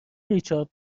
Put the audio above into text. ریچارد